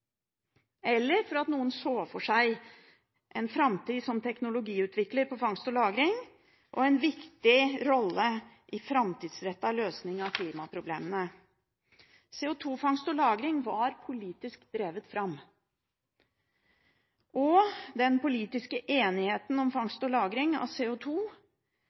eller fordi noen så for seg en framtid som teknologiutvikler for fangst og lagring og det å ha en viktig rolle for framtidsretta løsninger av klimaproblemene. CO2-fangst og -lagring var politisk drevet fram. Den politiske enigheten om fangst og lagring av